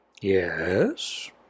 Yes